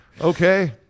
Okay